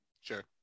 sure